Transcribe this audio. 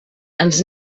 ens